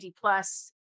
plus